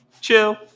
Chill